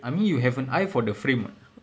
I mean you have an eye for the frame [what]